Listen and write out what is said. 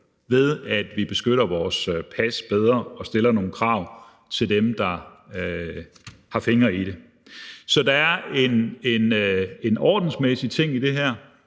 ved at vi beskytter vores pas bedre og stiller nogle krav i den forbindelse. Så der er en ordensmæssig ting i det her.